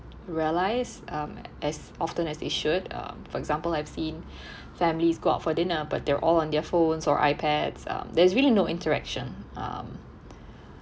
realise um as often as it should um for example I've seen families go out for dinner but they're all on their phones or iPads uh there's really no interaction um